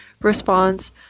responds